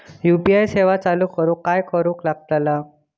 UPI सेवा चालू करूक काय करूचा लागता?